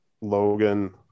Logan